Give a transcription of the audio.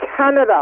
Canada